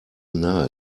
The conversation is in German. nahe